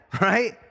right